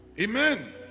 amen